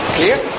Clear